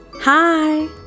Hi